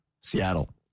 Seattle